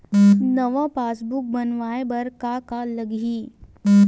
नवा पासबुक बनवाय बर का का लगही?